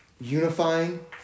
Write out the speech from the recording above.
unifying